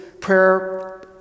prayer